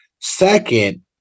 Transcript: second